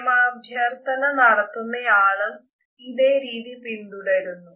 പ്രേമാഭ്യർത്ഥന നടത്തുന്നയാളും ഇതേ രീതി പിന്തുടരുന്നു